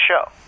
show